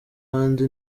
hanze